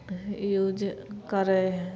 use करै हइ